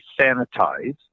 sanitize